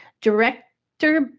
Director